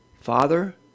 Father